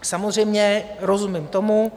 Samozřejmě, rozumím tomu...